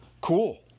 Cool